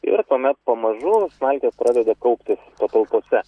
ir tuomet pamažu smalkės pradeda kauptis patalpose